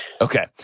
Okay